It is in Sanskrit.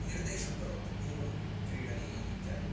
निर्देशं करोति एवं क्रीडनीयम् इत्यादि